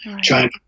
China